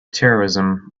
terrorism